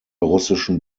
russischen